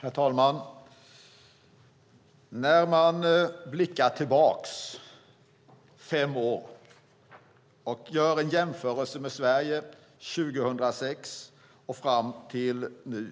Herr talman! När man blickar tillbaka fem år och gör en jämförelse mellan Sverige år 2006 och nu